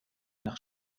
nach